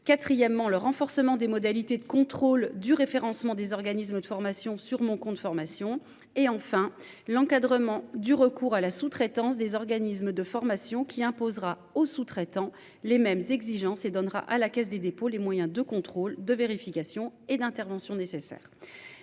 Quatrièmement, le renforcement des modalités de contrôle du référencement des organismes de formation sur mon compte formation et enfin l'encadrement du recours à la sous-traitance des organismes de formation qui imposera aux sous-traitants les mêmes exigences et donnera à la Caisse des dépôts, les moyens de contrôle de vérification et d'intervention nécessaires.